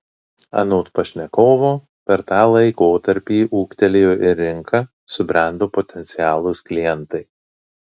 anot pašnekovo per tą laikotarpį ūgtelėjo ir rinka subrendo potencialūs klientai